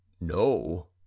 no